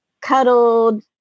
cuddled